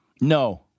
No